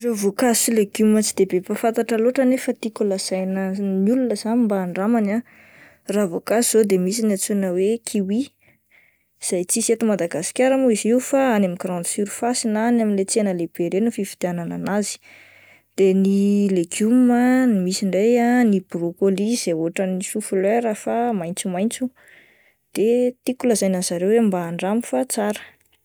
Ireo voankazo sy legioma tsy de be mpahafantatra nefa tiako lazaina ny olona izany mba handramany ah, raha voankazo zao de misy ny antsoina hoe kiwi izay tsisy eto Madagasikara moa izy io fa any amin'ny grande surface na any amin'ilay tsena lehibe ireny no fividianana anazy, de ny legioma misy indray ny brôlôly izay ohatran'ny soflera fa maintsomaintso de tiako lazaina an'ny zareo hoe mba andramo fa tsara.